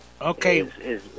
okay